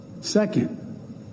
second